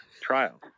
Trial